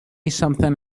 something